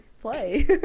play